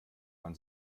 man